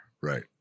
Right